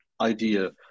idea